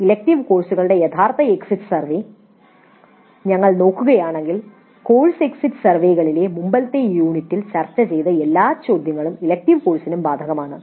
elective കോഴ്സുകളുടെ യഥാർത്ഥ exit survey ഞങ്ങൾ നോക്കുകയാണെങ്കിൽ കോഴ്സ് എക്സിറ്റ് സർവേകളിലെ മുമ്പത്തെ യൂണിറ്റിൽ ചർച്ച ചെയ്ത എല്ലാ ചോദ്യങ്ങളും ഇലക്ടീവ് കോഴ്സിനും ബാധകമാണ്